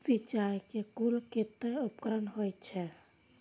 सिंचाई के कुल कतेक उपकरण होई छै?